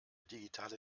digitale